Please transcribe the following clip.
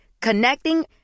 Connecting